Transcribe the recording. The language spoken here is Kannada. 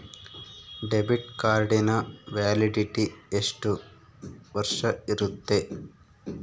ಡೆಬಿಟ್ ಕಾರ್ಡಿನ ವ್ಯಾಲಿಡಿಟಿ ಎಷ್ಟು ವರ್ಷ ಇರುತ್ತೆ?